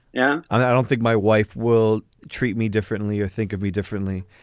yeah i don't think my wife will treat me differently or think of me differently.